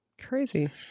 Crazy